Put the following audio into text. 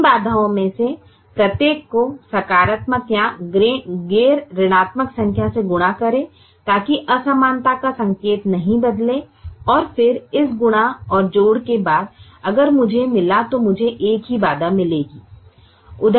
इन बाधाओं में से प्रत्येक को सकारात्मक या गैर ऋणात्मक संख्या से गुणा करें ताकि असमानता का संकेत नहीं बदले और फिर इस गुणा और जोड़ के बाद अगर मुझे मिला तो मुझे एक ही बाधा मिलेगी